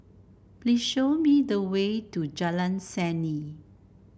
please show me the way to Jalan Seni